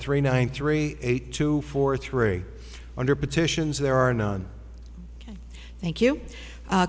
three nine three eight two four three hundred petitions there are none thank you